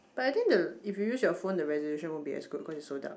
but I think the if you use your phone the resolution won't be as good because it's so dark